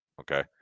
Okay